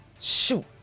Shoot